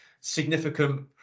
significant